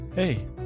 Hey